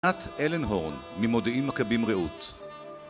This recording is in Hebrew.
את אלן הורן ממודיעים מכבים ראות